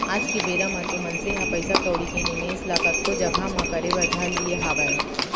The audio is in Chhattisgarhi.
आज के बेरा म तो मनसे ह पइसा कउड़ी के निवेस ल कतको जघा म करे बर धर लिये हावय